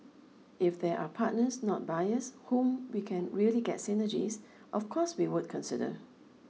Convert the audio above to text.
if there are partners not buyers whom we can really get synergies of course we would consider